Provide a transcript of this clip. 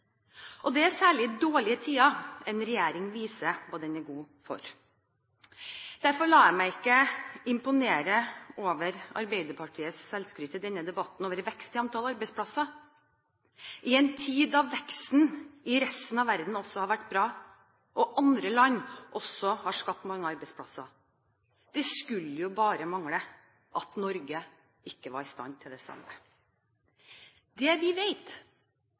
mer. Det er særlig i dårlige tider en regjering viser hva den er god for. Derfor lar jeg meg ikke imponere av Arbeiderpartiets selvskryt i denne debatten om vekst i antall arbeidsplasser, i en tid da veksten i resten av verden også har vært bra, og andre land også har skapt mange arbeidsplasser. Det skulle jo bare mangle at Norge ikke var i stand til det samme. Det vi